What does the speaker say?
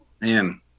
man